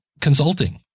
Consulting